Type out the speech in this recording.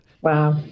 Wow